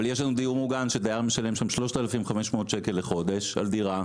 אבל יש לנו דיור מוגן שדייר משלם שם 3,500 שקל לחודש על דירה,